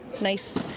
Nice